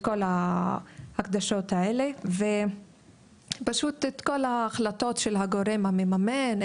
כל ההדגשים האלה וצריך לקחת בחשבון את ההחלטות של הגורם המממן,